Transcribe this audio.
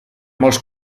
molts